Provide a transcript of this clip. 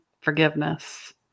forgiveness